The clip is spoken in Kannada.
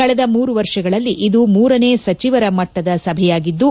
ಕಳೆದ ಮೂರು ವರ್ಷಗಳಲ್ಲಿ ಇದು ಮೂರನೇ ಸಚಿವರ ಮಟ್ಟದ ಸಭೆಯಾಗಿದ್ದು